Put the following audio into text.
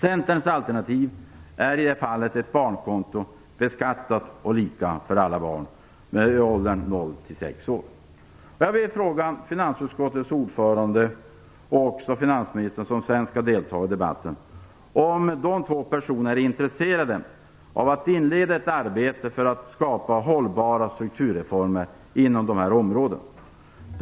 Centerns alternativ är i det fallet ett barnkonto - Jag vill fråga finansutskottets ordförande och också finansministern, som senare skall delta i debatten, om de är intresserade av att inleda ett arbete för att skapa hållbara strukturreformer inom dessa områden.